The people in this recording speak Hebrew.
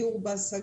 בדיור בר השגה,